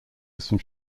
some